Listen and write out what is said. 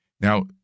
Now